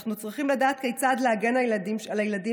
אנחנו צריכים לדעת כיצד להגן על הילדים